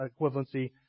equivalency